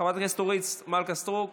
חברת הכנסת אורית מלכה סטרוק,